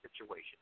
situation